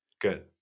good